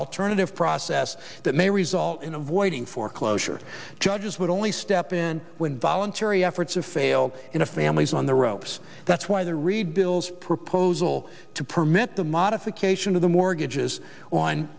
alternative process that may result in avoiding foreclosure judges would only step in when voluntary efforts have failed in a family's on the ropes that's why the read bills proposal to permit the modification of the mortgages on